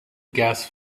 gas